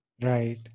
Right